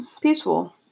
peaceful